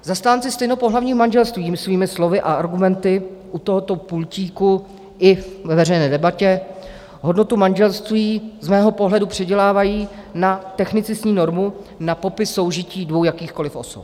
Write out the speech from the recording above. Zastánci stejnopohlavního manželství svými slovy a argumenty u tohoto pultíku i ve veřejné debatě hodnotu manželství z mého pohledu předělávají na technicistní normu, na popis soužití dvou jakýchkoliv osob.